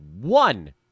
one